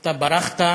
אתה ברחת,